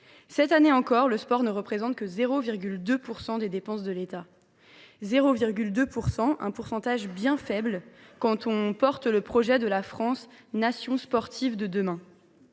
Cette année encore, le sport ne représente pourtant que 0,2 % des dépenses de l’État, un pourcentage bien faible quand on défend le projet d’une France « nation sportive de demain